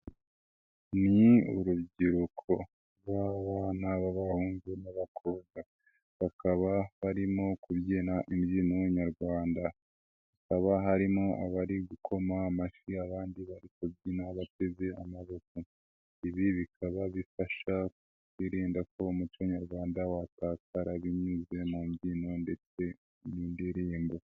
Ni urubyiruko rw'abana b'abahungu n'abakobwa, bakaba barimo kubyina imbyino nyarwanda haba harimo abari gukoma amashyi abandi bari kubyina bateze amaboko, ibi bikaba bifasha kwirinda ko umuco nyarwanda watakara binyuze mu mbyino ndetse n'indirimbo.